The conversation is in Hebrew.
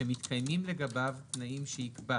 - ושמתקיימים לגביו תנאים שיקבע.